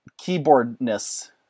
keyboardness